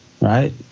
right